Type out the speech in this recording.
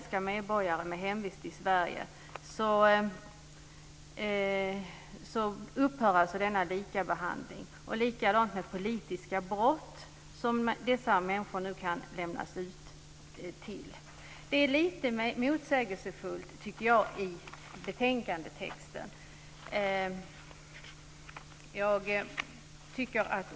Sverige upphör denna likabehandling. Likadant är det i fråga om politiska brott, där nu dessa människor kan lämnas ut. Betänkandetexten är lite motsägelsefull.